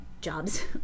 jobs